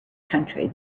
country